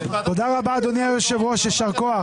--- תודה רבה, הישיבה נעולה.